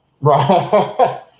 right